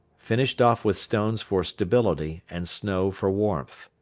finished off with stones for stability and snow for warmth.